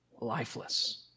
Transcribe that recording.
lifeless